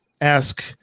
ask